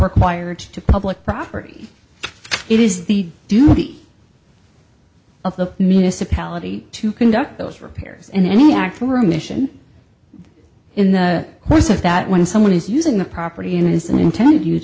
required to public property it is the duty of the municipality to conduct those repairs and any act through mission in the course is that when someone is using the property in his intended use